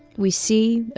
we see,